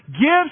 Gifts